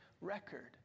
record